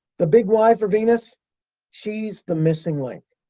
the big why for venus she's the missing link.